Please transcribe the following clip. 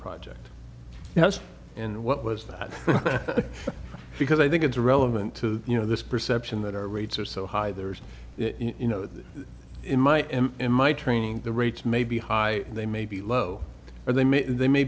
project and what was that because i think it's relevant to you know this perception that our rates are so high there's you know that in my m in my training the rates may be high they may be low or they may they may